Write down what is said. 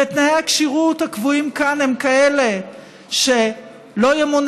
ותנאי הכשירות הקבועים כאן הם כאלה שלא ימונה